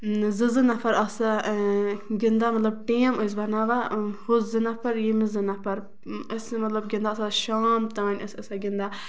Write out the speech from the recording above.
زٕ زٕ نَفر آسان گِندان مطلب ٹیٖم ٲسۍ بَناوان ہُہ زٕ نَفر یِم زٕ نَفر ٲسۍ مطلب گِندان آسان شام تام ٲسۍ آسان گِندان